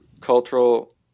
cultural